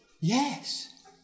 yes